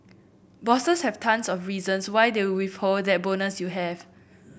bosses have tons of reasons why they withhold that bonus you have